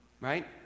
Right